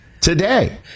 today